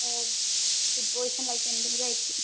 food poison like എന്തെങ്കിലുമായിരിക്കും